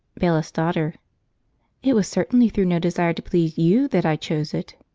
bailiff's daughter it was certainly through no desire to please you that i chose it.